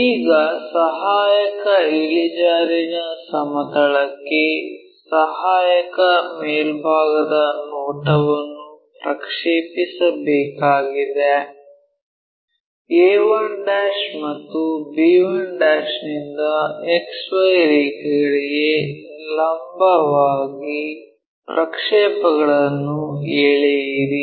ಈಗ ಸಹಾಯಕ ಇಳಿಜಾರಿನ ಸಮತಲಕ್ಕೆ ಸಹಾಯಕ ಮೇಲ್ಭಾಗದ ನೋಟವನ್ನು ಪ್ರಕ್ಷೇಪಿಸಬೇಕಾಗಿದೆ a1 ಮತ್ತು b1 ನಿಂದ X Y ರೇಖೆಗಳಿಗೆ ಲಂಬವಾಗಿ ಪ್ರಕ್ಷೇಪಗಳನ್ನು ಎಳೆಯಿರಿ